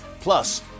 plus